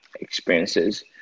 experiences